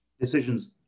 decisions